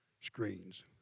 screens